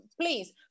please